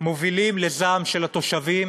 מובילות לזעם של התושבים,